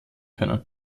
können